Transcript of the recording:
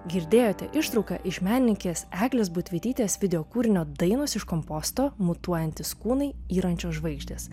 girdėjote ištrauką iš menininkės eglės budvytytės videokūrinio dainos iš komposto mutuojantys kūnai yrančios žvaigždės